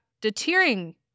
deterring